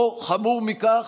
או חמור מכך,